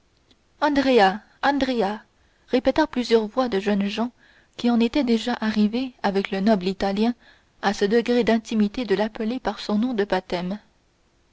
andrea répétèrent plusieurs voix de jeunes gens qui en étaient déjà arrivés avec le noble italien à ce degré d'intimité de l'appeler par son nom de baptême